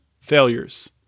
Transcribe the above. failures